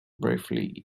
briefly